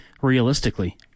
realistically